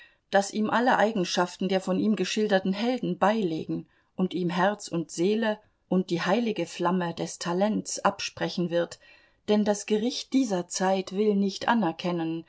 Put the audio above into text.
das ihm alle eigenschaften der von ihm geschilderten helden beilegen und ihm herz und seele und die heilige flamme des talents absprechen wird denn das gericht dieser zeit will nicht anerkennen